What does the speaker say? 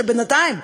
שבינתיים,